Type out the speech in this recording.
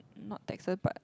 not Texan but